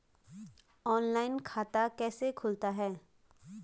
Online खाता कैसे खुलता है?